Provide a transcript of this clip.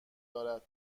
دارد